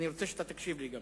אני רוצה שגם אתה תקשיב לי.